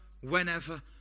whenever